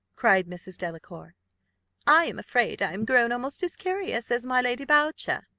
cried mrs. delacour i am afraid i am grown almost as curious as my lady boucher.